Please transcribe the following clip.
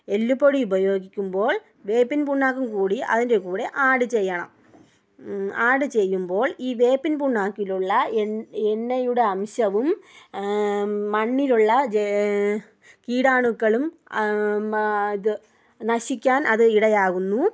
എല്ലുപൊടി ഉപയോഗിക്കുമ്പോൾ വേപ്പിൻ പുണ്ണാക്കും കൂടി അതിൻ്റെ കൂടെ ആഡ് ചെയ്യണം ആഡ് ചെയ്യുമ്പോൾ ഈ വേപ്പിൻ പുണ്ണാക്കിലുള്ള എൻ എണ്ണയുടെ അംശവും മണ്ണിലുള്ള ജൈ കീടാണുക്കളും ഇത് നശിക്കാൻ അത് ഇടയാകുന്നു